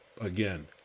Again